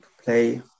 play